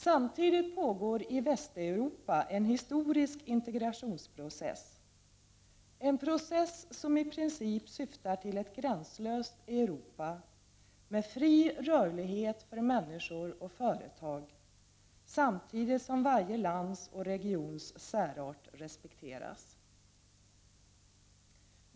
Samtidigt pågår i Västeuropa en historisk integrationsprocess, en process som i princip syftar till ett gränslöst Europa — med fri rörlighet för människor och företag — samtidigt som varje lands och regions särart respekteras.